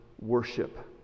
worship